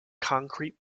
concrete